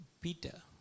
Peter